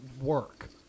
work